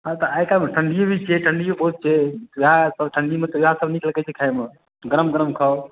हँ तऽ आइकाल्हिमे ठण्डिये बेसी छै ठण्डिये बहुत छै इएह सभ ठण्डीमे तऽ इएह सभ नीक लगैत छै खाएमे गरम गरम खाउ